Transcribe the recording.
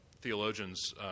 theologians